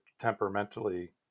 temperamentally